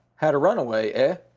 had a runaway, ah?